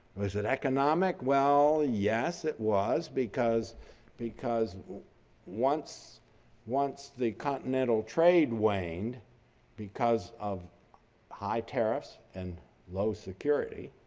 was it economic? well, yes, it was, because because once once the continental trade wane because of high tariffs and low security,